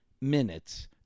minutes